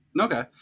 Okay